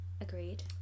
Agreed